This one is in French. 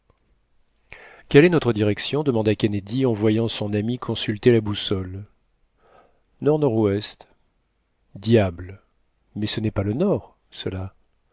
quelle est notre direction demanda kennedy en voyant son ami consulter la boussole nord-nord-ouest diable mais ce n'est pas le nord cela